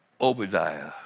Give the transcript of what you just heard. Obadiah